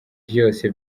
vyose